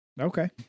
Okay